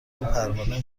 وپروانه